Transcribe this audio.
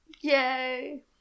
Yay